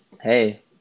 Hey